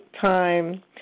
time